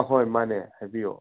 ꯑꯍꯣꯏ ꯃꯥꯅꯦ ꯍꯥꯏꯕꯤꯌꯣ